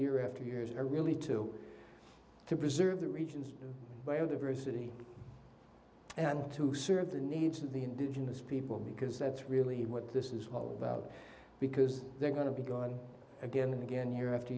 year after years are really to to preserve the region's biodiversity and to serve the needs of the indigenous people because that's really what this is all about because they're going to be gone again and again year after